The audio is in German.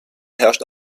herrscht